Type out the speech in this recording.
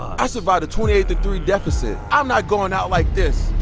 i survived a twenty eight three deficit i'm not going out like this!